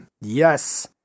yes